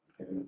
Okay